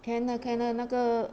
can ah can ah 那个